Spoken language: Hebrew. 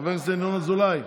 חבר הכנסת ינון אזולאי,